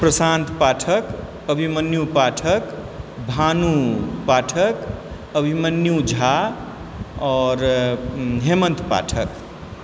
प्रशान्त पाठक अभिमन्यु पाठक भानु पाठक अभिमन्यु झा आओर हेमन्त पाठक